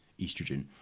estrogen